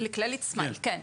כן.